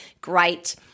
great